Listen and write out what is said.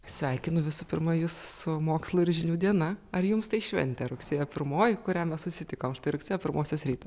sveikinu visų pirma jus su mokslo ir žinių diena ar jums tai šventė rugsėjo pirmoji kurią mes susitikom rugsėjo pirmosios rytą